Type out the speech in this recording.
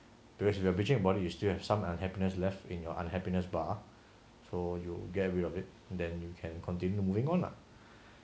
because you are bitching about it you still have some unhappiness left in your unhappiness bar so you get rid of it then you can continue moving on